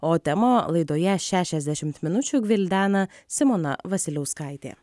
o temą laidoje šešiasdešimt minučių gvildena simona vasiliauskaitė